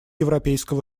европейского